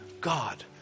God